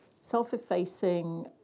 self-effacing